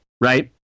right